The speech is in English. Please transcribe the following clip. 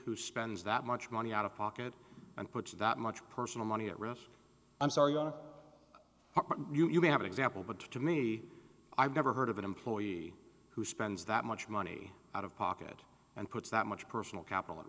who spends that much money out of pocket and puts that much personal money at raf i'm sorry i don't you may have an example but to me i've never heard of an employee who spends that much money out of pocket and puts that much personal capital at